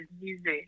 music